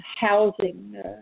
housing